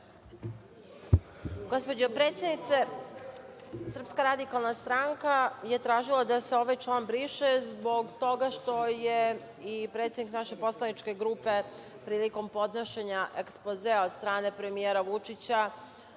Gospođo predsednice, SRS je tražila da se ovaj član briše zbog toga što je i predsednik naše poslaničke grupe prilikom podnošenja ekspozea od strane premijera Vučića